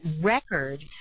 record